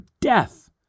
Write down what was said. death